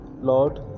Lord